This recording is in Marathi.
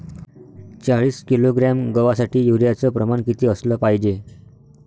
चाळीस किलोग्रॅम गवासाठी यूरिया च प्रमान किती असलं पायजे?